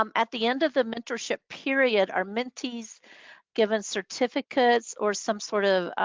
um at the end of the mentorship period are mentees given certificates or some sort of